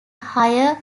higher